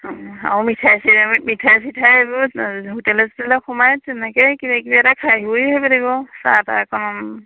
আৰু মিঠাই চিঠাই মিঠাই চিঠাই হোটেল চোটেল সোমাই তেনেকে কিবা কিবি এটা খাই চাহ তাৰমানে